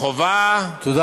נגמרו עשר הדקות.